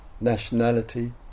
nationality